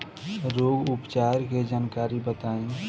रोग उपचार के जानकारी बताई?